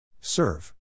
Serve